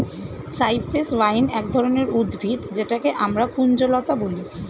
cypress vine এক ধরনের উদ্ভিদ যেটাকে আমরা কুঞ্জলতা বলি